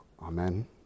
Amen